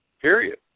Period